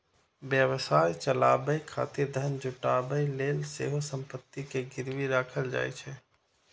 व्यवसाय चलाबै खातिर धन जुटाबै लेल सेहो संपत्ति कें गिरवी राखल जाइ छै